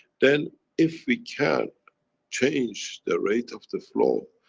then, if we can change the rate of the flow,